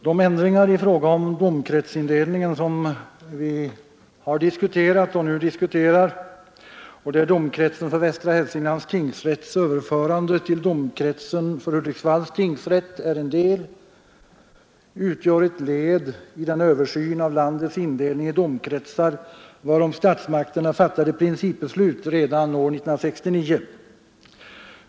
De ändringar i fråga om domkretsindelningen som vi redan har diskuterat och nu diskuterar och där domkretsens för Västra Hälsinglands tingsrätt överförande till domkretsen för Hudiksvalls tingsrätt är en del utgör ett led i den översyn av landets indelning i domkretsar varom statsmakterna fattade principbeslut redan år 1969.